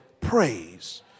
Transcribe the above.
praise